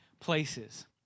places